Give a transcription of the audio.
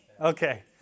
okay